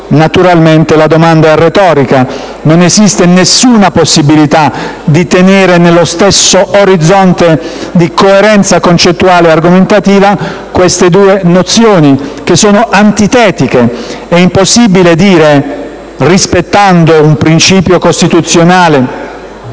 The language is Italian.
Naturalmente la domanda è retorica: non esiste nessuna possibilità di tenere nello stesso orizzonte di coerenza concettuale e argomentativa queste due nozioni, che sono antitetiche. È impossibile, rispettando un principio costituzionale